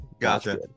Gotcha